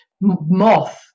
moth